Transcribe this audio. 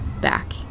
back